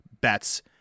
bets